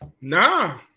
Nah